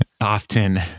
often